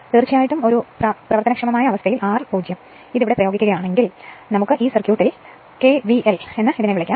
തീർച്ചയായും പ്രവർത്തിക്കുന്ന അവസ്ഥ R 0 അപ്പോൾ ഇവിടെ പ്രയോഗിക്കുകയാണെങ്കിൽ ഇവിടെ പ്രയോഗിക്കുകയാണെങ്കിൽ ഈ സർക്യൂട്ടിൽ ഇതിൽ KVL എന്ന് വിളിക്കുന്നു